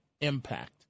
impact